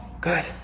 Good